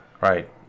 right